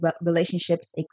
relationships